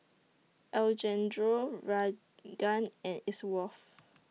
Alejandro Raegan and Elsworth